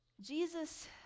Jesus